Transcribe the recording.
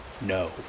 no